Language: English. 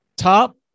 top